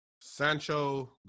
Sancho